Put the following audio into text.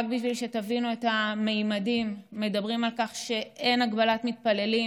רק שתבינו את הממדים: מדברים על כך שאין הגבלת מתפללים.